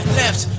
left